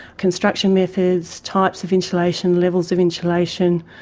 construction methods, types of insulation, levels of insulation,